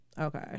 Okay